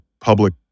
public